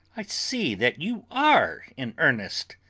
i see that you are in earnest.